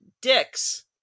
dicks